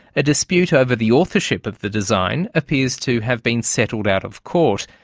a dispute over the authorship of the design appears to have been settled out of court,